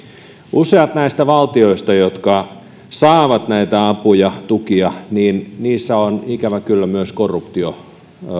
useissa näistä valtioista jotka saavat näitä apuja ja tukia on ikävä kyllä myös korruptio